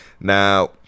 Now